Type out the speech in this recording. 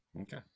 Okay